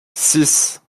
six